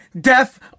death